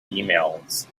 emails